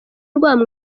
rwabo